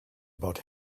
about